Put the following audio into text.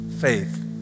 faith